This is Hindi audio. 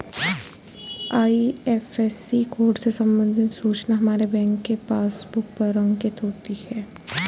आई.एफ.एस.सी कोड से संबंधित सूचना हमारे बैंक के पासबुक पर अंकित होती है